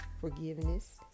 forgiveness